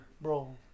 bro